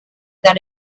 that